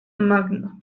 magno